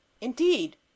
Indeed